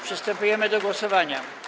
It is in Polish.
Przystępujemy do głosowania.